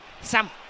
Sam